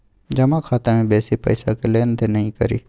जमा खाता मे बेसी पैसाक लेन देन नहि करी